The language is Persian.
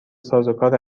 سازوکار